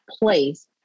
place